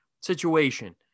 situation